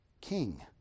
king